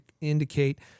indicate